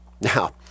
Now